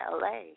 LA